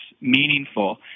meaningful